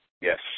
Yes